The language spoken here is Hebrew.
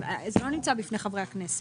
זה לא נמצא בפני חברי הכנסת.